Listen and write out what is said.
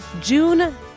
June